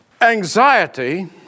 Anxiety